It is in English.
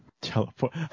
Teleport